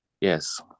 Yes